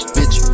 Bitch